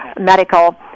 medical